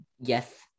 Yes